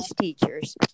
teachers